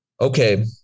Okay